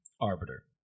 Arbiter